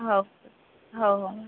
हो हो हो